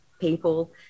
people